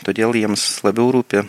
todėl jiems labiau rūpi